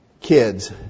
kids